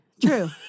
True